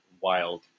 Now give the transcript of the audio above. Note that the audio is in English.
wild